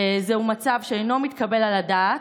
זהו מצב שאינו מתקבל על הדעת,